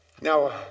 Now